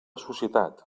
societat